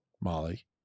molly